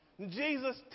Jesus